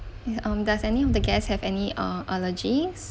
eh um does any of the guests have any uh allergies